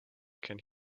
can